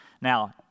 Now